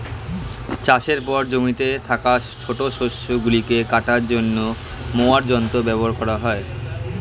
চাষের পর জমিতে থাকা ছোট শস্য গুলিকে কাটার জন্য মোয়ার যন্ত্র ব্যবহার করা হয়